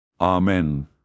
Amen